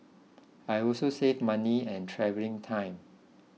I also save money and travelling time